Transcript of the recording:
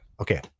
Okay